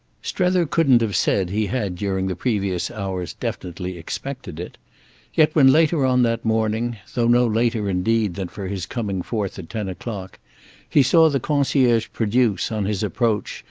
strether couldn't have said he had during the previous hours definitely expected it yet when, later on, that morning though no later indeed than for his coming forth at ten o'clock he saw the concierge produce, on his approach,